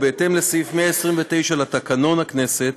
ובהתאם לסעיף 129 לתקנון הכנסת,